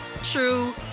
true